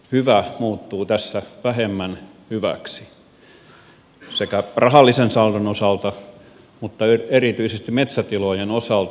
hyvä muuttuu tässä vähemmän hyväksi sekä rahallisen saldon osalta että erityisesti metsätilojen osalta